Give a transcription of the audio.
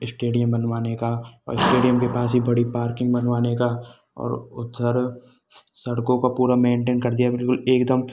stadium बनवाने का और इस्टेडियम के पास ही बड़ी पार्किंग बनवाने का और उधर सड़कों का पूरा मेन्टेन कर दिया बिल्कुल एकदम